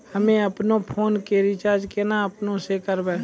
हम्मे आपनौ फोन के रीचार्ज केना आपनौ से करवै?